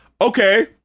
okay